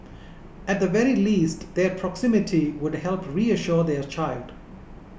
at the very least their proximity would help reassure their child